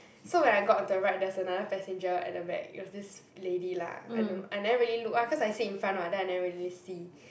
so when I got onto the ride there's another passenger at the back it was this lady lah I don't I never really look ah cause I sit in front [what] then I never really see